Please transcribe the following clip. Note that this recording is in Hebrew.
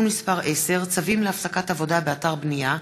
מס' 10) (צווים להפסקת עבודה באתר בנייה),